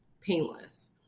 painless